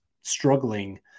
struggling